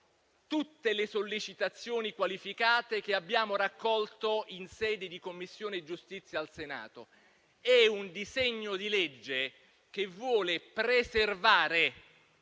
tutte le sollecitazioni qualificate che abbiamo raccolto in sede di Commissione giustizia al Senato. È un disegno di legge che vuole preservare